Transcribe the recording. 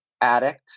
addict